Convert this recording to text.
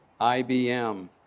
IBM